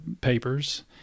papers